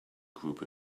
group